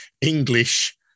English